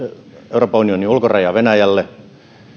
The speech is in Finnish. euroopan unionin ulkoraja venäjälle